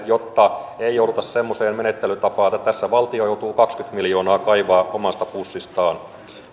jotta ei jouduta semmoiseen menettelytapaan että tässä valtio joutuu kaksikymmentä miljoonaa kaivamaan omasta pussistaan